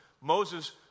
Moses